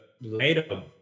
later